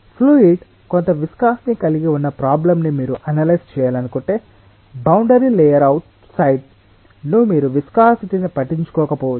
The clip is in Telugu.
ఫ్లూయిడ్ కొంత విస్కాసిటి ని కలిగి ఉన్న ప్రాబ్లెమ్ ను మీరు అనలైజ్ చేయలనుకుంటే బౌండరీ లేయర్ అవుట్ సైడ్ ను మీరు విస్కాసిటిని పట్టించుకోకపోవచ్చు